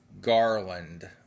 Garland